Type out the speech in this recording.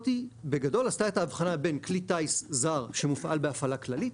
עשתה הבחנה בין כלי טיס זר שמופעל בהפעלה כללית.